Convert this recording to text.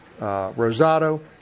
rosado